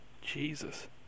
Jesus